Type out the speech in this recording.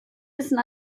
wissen